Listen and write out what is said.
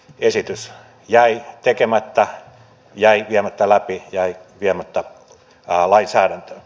esitys jäi tekemättä jäi viemättä läpi jäi viemättä lainsäädäntöön